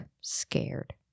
scared